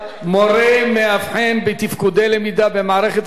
מורה מאבחן בתפקודי למידה במערכת החינוך,